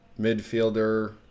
midfielder